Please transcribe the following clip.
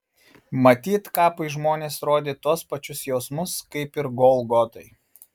matyt kapui žmonės rodė tuos pačius jausmus kaip ir golgotai